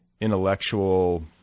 intellectual